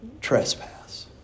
trespass